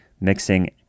mixing